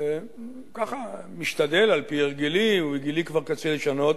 ככה משתדל על-פי הרגלי, ובגילי כבר קשה לשנות.